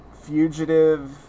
Fugitive